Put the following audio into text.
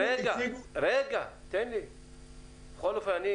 בכל אופן,